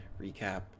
recap